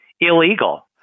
illegal